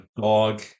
dog